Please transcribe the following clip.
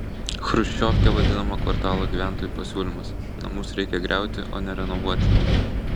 chruščiovke vadinamo kvartalo gyventojų pasiūlymas namus reikia griauti o ne renovuoti